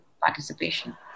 participation